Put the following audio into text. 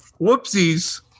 Whoopsies